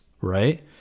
right